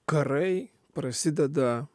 karai prasideda